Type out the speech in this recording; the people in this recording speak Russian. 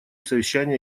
совещания